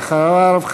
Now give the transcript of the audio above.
ואחריו,